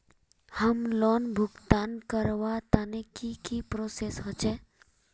Home loan भुगतान करवार तने की की प्रोसेस होचे?